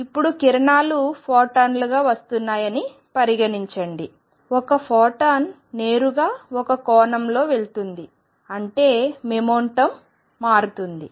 ఇప్పుడు కిరణాలు ఫోటాన్లుగా వస్తున్నాయని పరిగణించండి ఒక ఫోటాన్ నేరుగా ఒక కోణంలో వెళ్తుంది అంటే మొమెంటం మారుతుంది